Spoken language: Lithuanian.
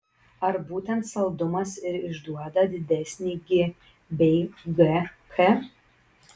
ar būtent saldumas ir išduoda didesnį gi bei gk